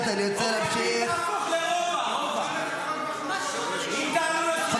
מאות לוחמים מסכנים את